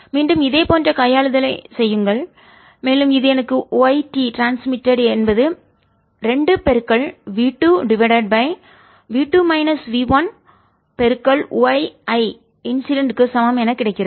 மீண்டும் இதே போன்ற கையாளுதலைச் செய்யுங்கள் மேலும் இது எனக்கு y T ட்ரான்ஸ்மிட்டட்என்பது 2v2 divided by v 2 plus V 1 y I incident க்கு சமம் என கிடைக்கிறது